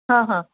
हां हां